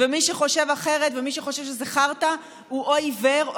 מי שחושב אחרת ומי שחושב שזה חרטא הוא עיוור,